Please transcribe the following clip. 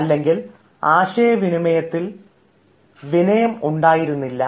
അല്ലെങ്കിൽ ആശയവിനിമയത്തിൽ വിനയം ഉണ്ടായിരുന്നില്ല